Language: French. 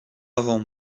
avant